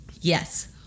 yes